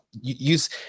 use